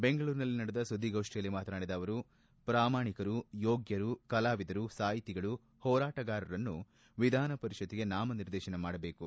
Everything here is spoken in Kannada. ಬೆಂಗಳೂರಿನಲ್ಲಿ ನಡೆದ ಸುದ್ವಿಗೋಷ್ಠಿಯಲ್ಲಿ ಮಾತನಾಡಿದ ಅವರು ಪ್ರಾಮಾಣಿಕರು ಯೋಗ್ಯರು ಕಲಾವಿದರು ಸಾಹಿತಿಗಳು ಹೋರಾಟಗಾರರನ್ನು ವಿಧಾನ ಪರಿಷತ್ತಿಗೆ ನಾಮನಿರ್ದೇಶನ ಮಾಡಬೇಕು